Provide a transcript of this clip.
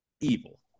evil